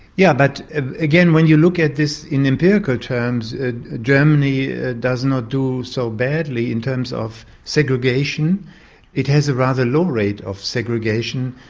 yeah but again, when you look at this in empirical terms germany ah does not do so badly in terms of segregation it has a rather low rate of segregation.